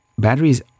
Batteries